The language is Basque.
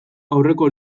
aurreko